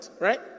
right